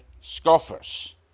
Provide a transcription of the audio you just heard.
scoffers